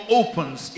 opens